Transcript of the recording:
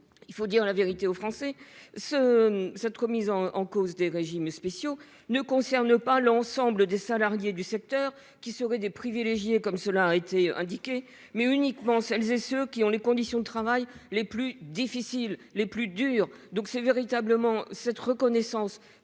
Il faut dire la vérité aux Français : cette remise en cause des régimes spéciaux ne concerne pas l'ensemble des salariés du secteur qui seraient des privilégiés, comme cela a été avancé, mais uniquement celles et ceux qui ont les conditions de travail les plus difficiles. Je le redis, la création de ces régimes